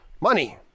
Money